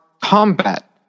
combat